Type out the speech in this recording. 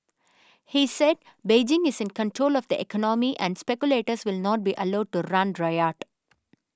he said Beijing is in control of the economy and speculators will not be allowed to run riot